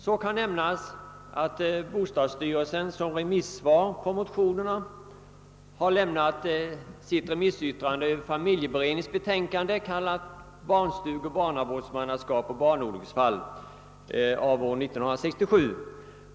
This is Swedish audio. Sålunda kan nämnas att bostadsstyrelsen som remissvar på motionerna har lämnat sitt remissyttrande över familjeberedningens betänkande, kallat »Barnstugor, barnavårdsmannaskap, barnolycksfall« av år 1967.